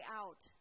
out